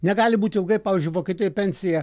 negali būti ilgai pavyzdžiui vokietijoj pensija